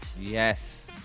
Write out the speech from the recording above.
Yes